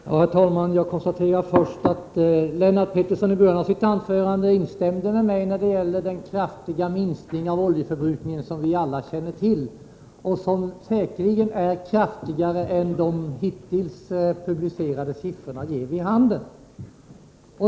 Herr talman! Jag konstaterar först att Lennart Pettersson i början av sitt anförande instämde med mig när det gällde den kraftiga minskning av oljeförbrukningen som vi alla känner till. Den är säkerligen kraftigare än de hittills publicerade siffrorna ger vid handen.